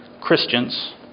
Christians